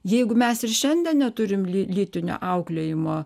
jeigu mes ir šiandien neturim ly lytinio auklėjimo